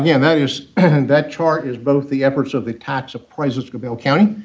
yeah that is and that chart is both the efforts of the tax appraisers for bell county,